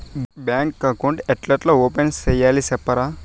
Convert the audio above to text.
Bank account ఏ ఎట్లా open సేయాలి సెప్తారా?